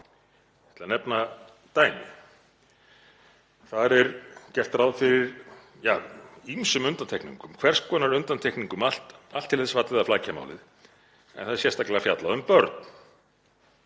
ætla að nefna dæmi. Þar er gert ráð fyrir ýmsum undantekningum, hvers konar undantekningum, allt til þess fallið að flækja málið, en það er sérstaklega fjallað um börn.